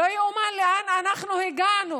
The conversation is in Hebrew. לא יאומן לאן הגענו.